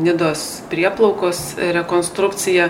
nidos prieplaukos rekonstrukciją